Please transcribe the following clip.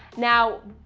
now,